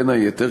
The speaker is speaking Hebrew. בין היתר,